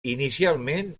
inicialment